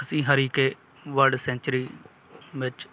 ਅਸੀਂ Harike bird sanctuary ਵਿੱਚ